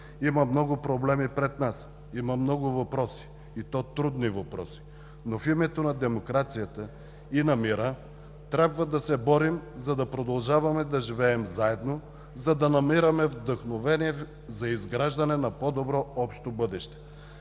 Има много проблеми пред нас, има много въпроси, и то трудни въпроси, но в името на демокрацията и на мира трябва да се борим, за да продължаваме да живеем заедно, за да намираме вдъхновение за изграждане на по-добро общо бъдеще.